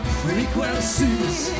frequencies